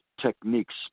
techniques